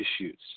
issues